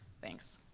thanks.